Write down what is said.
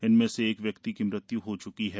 इनमें से एक व्यक्ति की मृत्य् हो च्की है